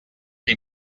que